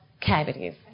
cavities